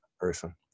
person